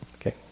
Okay